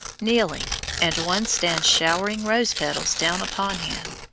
kneeling, and one stands showering rose-petals down upon him.